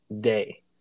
day